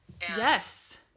Yes